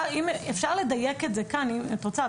אפשר לדייק את זה כאן אם את רוצה,